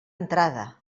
entrada